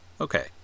okay